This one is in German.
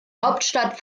hauptstadt